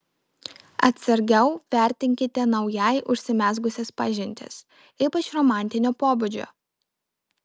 atsargiau vertinkite naujai užsimezgusias pažintis ypač romantinio pobūdžio